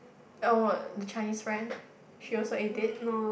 oh the Chinese friend she also ate it